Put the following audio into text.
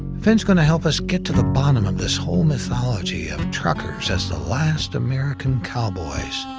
finn's gonna help us get to the bottom of this whole mythology of truckers as the last american cowboys.